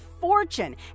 fortune